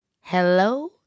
Hello